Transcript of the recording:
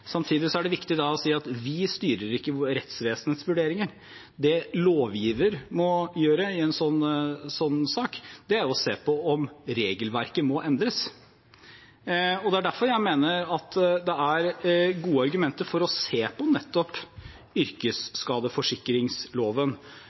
Samtidig er det viktig å si at vi styrer ikke rettsvesenets vurderinger. Det lovgiver må gjøre i en sånn sak, er å se på om regelverket må endres. Det er derfor jeg mener det er gode argumenter for å se på nettopp